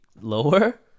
lower